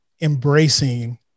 embracing